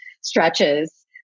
stretches